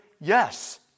Yes